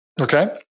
Okay